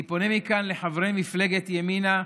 אני פונה מכאן לחברי מפלגת ימינה: